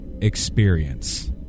experience